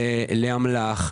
לאמל"ח,